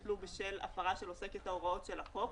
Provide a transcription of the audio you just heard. שהוטל בשל הפרה של העוסק את ההוראות של החוק.